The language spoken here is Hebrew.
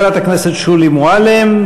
חברת הכנסת שולי מועלם,